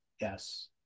yes